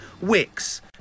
Wix